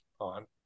on